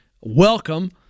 welcome